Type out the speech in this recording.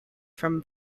from